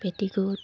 petticoat